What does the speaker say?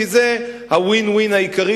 כי זה ה-win-win העיקרי,